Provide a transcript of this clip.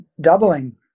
doubling